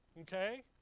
Okay